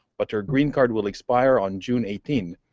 but her green card will expire on june eighteen.